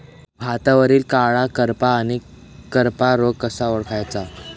भातावरील कडा करपा आणि करपा रोग कसा ओळखायचा?